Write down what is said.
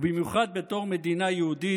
במיוחד בתור מדינה יהודית,